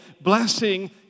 Blessing